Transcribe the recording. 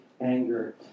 anger